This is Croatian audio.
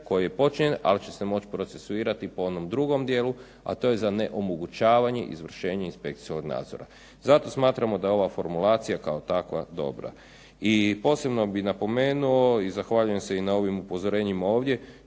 koji je počinjen, ali će se moći procesuirati po onom drugom dijelu, a to je za onemogućavanje izvršenje inspekcijskog nadzora. Zato smatramo da je ova formulacija kao takva dobra. I posebno bi napomenuo i zahvaljujem se i na ovim upozorenjima ovdje,